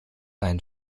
ein